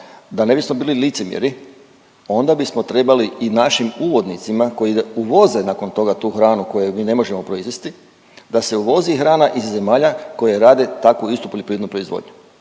da ne bismo bili licemjeri onda bismo trebali i našim uvoznicima koji uvoze nakon toga tu hranu koju mi ne možemo proizvesti, da se uvozi hrana iz zemalja koje rade takvu istu poljoprivrednu proizvodnju